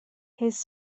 his